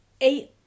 eight